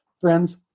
Friends